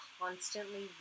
constantly